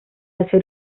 asia